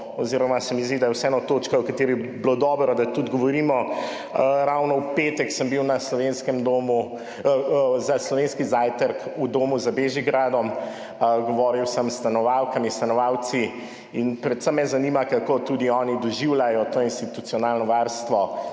oziroma se mi zdi, da je vseeno točka, o kateri bi bilo dobro, da tudi govorimo. Ravno v petek sem bil za slovenski zajtrk v domu za Bežigradom. Govoril sem s stanovalkami, stanovalci. In predvsem me zanima, kako tudi oni doživljajo to institucionalno varstvo.